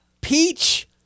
peach